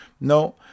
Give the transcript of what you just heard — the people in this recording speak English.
No